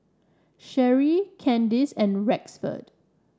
Sherree Candice and Rexford